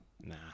Nah